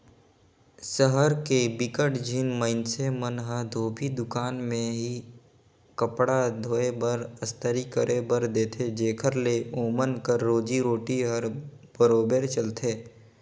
सहर के बिकट झिन मइनसे मन ह धोबी दुकान में ही कपड़ा धोए बर, अस्तरी करे बर देथे जेखर ले ओमन कर रोजी रोटी हर बरोबेर चलथे